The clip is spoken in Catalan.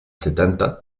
setanta